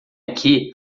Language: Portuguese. aqui